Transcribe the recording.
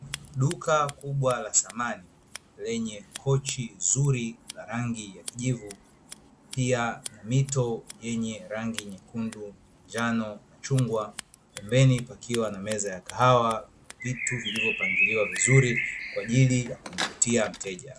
Duka kubwa la samani lenye kochi zuri la rangi ya kijivu, pia na mito yenye rangi nyekundu, njano, chungwa pembeni pakiwa na meza ya kahawa, vitu vilivyopangiliwa vizuri kwa ajili ya kumvutia mteja.